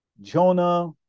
Jonah